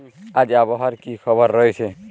আজ আবহাওয়ার কি খবর রয়েছে?